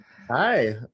Hi